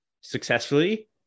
successfully